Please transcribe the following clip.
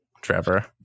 trevor